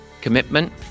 commitment